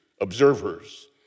observers